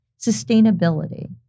Sustainability